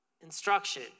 Instruction